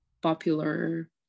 popular